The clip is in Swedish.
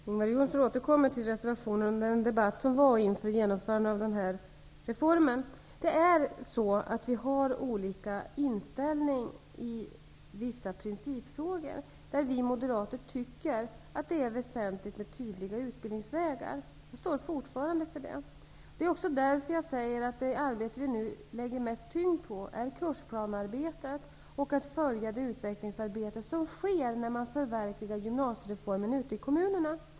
Herr talman! Ingvar Johnsson återkommer till den debatt som var inför genomförandet av reformen. Vi har olika inställning i vissa principfrågor. Vi moderater tycker att det är väsentligt med tydliga utbildningsvägar. Vi står fortfarande för det. Det är också därför som jag säger att det arbete som vi nu lägger mest tyngd på är kursplanearbetet och uppföljningen av det utvecklingsarbete som sker ute i kommunerna när man förverkligar gymnasiereformen.